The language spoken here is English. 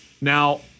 Now